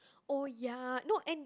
oh ya not any